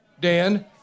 Dan